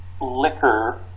liquor